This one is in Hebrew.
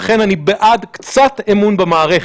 לכן אני בעד קצת אמון במערכת.